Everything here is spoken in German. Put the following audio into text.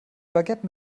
baguette